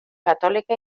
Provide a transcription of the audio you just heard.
catòlica